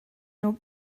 nhw